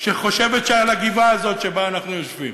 שחושב שעל הגבעה הזאת שבה אנחנו יושבים